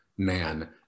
man